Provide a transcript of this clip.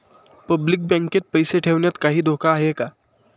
Public बँकेत पैसे ठेवण्यात काही धोका आहे का?